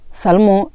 salmo